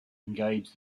engage